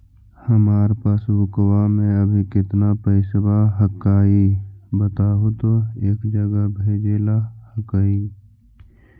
हमार पासबुकवा में अभी कितना पैसावा हक्काई बताहु तो एक जगह भेजेला हक्कई?